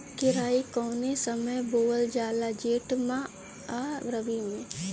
केराई कौने समय बोअल जाला जेठ मैं आ रबी में?